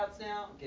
now